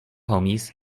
homies